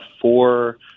four